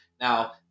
Now